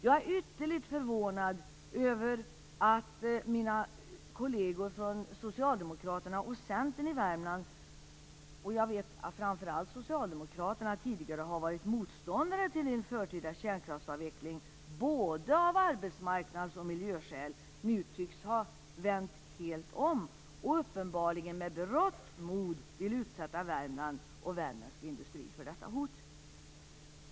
Jag är ytterligt förvånad över att mina kolleger från Socialdemokraterna och Centern i Värmland - jag vet att Socialdemokraterna tidigare har varit motståndare till en förtida kärnkraftsavveckling, både av arbetsmarknadsskäl och av miljöskäl - nu tycks ha vänt helt om och uppenbarligen med berått mod vill utsätta Värmland och värmländsk industri för detta hot.